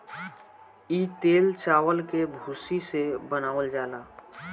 इ तेल चावल के भूसी से बनावल जाला